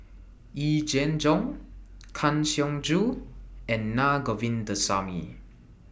Yee Jenn Jong Kang Siong Joo and Na Govindasamy